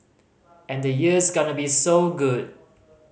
and the year's gonna be so good